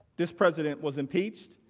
this president was impeached.